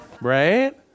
Right